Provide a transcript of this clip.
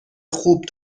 خوب